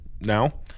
now